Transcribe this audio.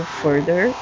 further